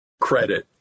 credit